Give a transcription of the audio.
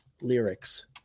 lyrics